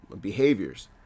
behaviors